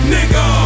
Nigga